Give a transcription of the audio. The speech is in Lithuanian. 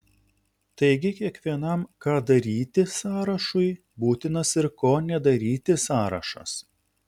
taigi kiekvienam ką daryti sąrašui būtinas ir ko nedaryti sąrašas